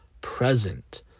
present